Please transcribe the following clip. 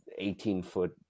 18-foot